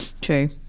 True